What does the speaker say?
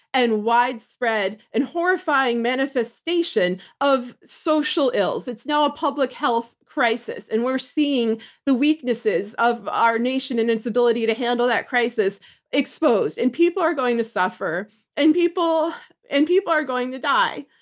and widespread, and horrifying manifestation of social ills. it's now a public health crisis and we're seeing the weaknesses of our nation and its ability to handle that crisis exposed. people are going to suffer and people and people are going to die.